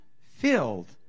Filled